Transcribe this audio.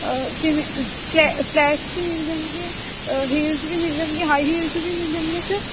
ਜਿਵੇਂ ਫਲੈ ਫਲੈਟਸ ਵੀ ਮਿਲ ਜਾਣਗੀਆਂ ਹੀਲਸ ਵੀ ਮਿਲ ਜਾਣਗੇ ਹਾਈ ਹੀਲਸ ਵੀ ਮਿਲ ਜਾਣਗੀਆਂ ਸਰ